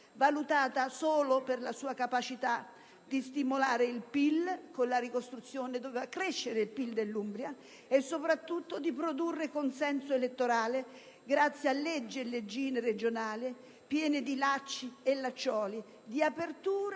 valutata solo per la sua capacità di stimolare il PIL (con la ricostruzione doveva crescere il PIL dell'Umbria) e soprattutto di produrre consenso elettorale, grazie a leggi e leggine regionali piene di lacci e lacciuoli e di apertura